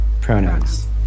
pronouns